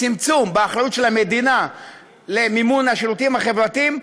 הצמצום באחריות של המדינה למימון השירותים החברתיים,